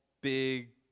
big